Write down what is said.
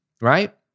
right